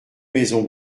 maisons